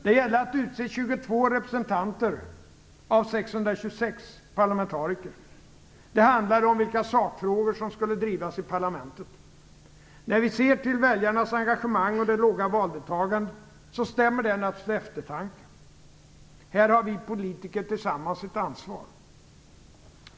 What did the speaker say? Det gällde att utse 22 representanter av 626 parlamentariker. Det handlade om vilka sakfrågor som skulle drivas i parlamentet. Väljarnas engagemang och det låga valdeltagandet stämmer naturligtvis till eftertanke. Här har vi politiker tillsammans ett ansvar.